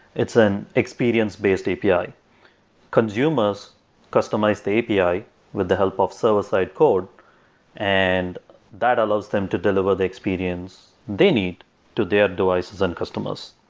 it's an experience-based api. consumers customize the api with the help of server-side code and that allows them to deliver the experience they need to their devices and customers.